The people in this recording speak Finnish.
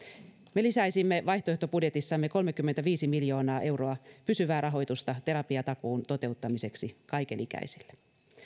me lisäisimme vaihtoehtobudjetissamme kolmekymmentäviisi miljoonaa euroa pysyvää rahoitusta terapiatakuun toteuttamiseksi kaikenikäisille